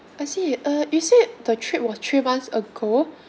I see uh you said the trip was three months ago